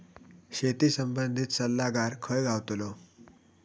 शेती संबंधित सल्लागार खय गावतलो?